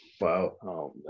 Wow